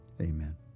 amen